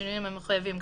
בשינויים המחויבים,